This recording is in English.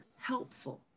helpful